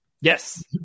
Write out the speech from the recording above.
Yes